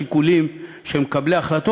השיקולים של מקבלי ההחלטות,